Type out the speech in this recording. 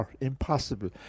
impossible